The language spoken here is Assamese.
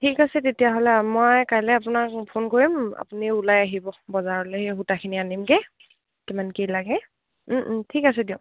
ঠিক আছে তেতিয়াহ'লে মই কাইলে আপোনাক ফোন কৰিম আপুনি ওলাই আহিব বজাৰলে সূতাখিনি আনিমগে কিমান কি লাগে ঠিক আছে দিয়ক